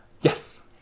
Yes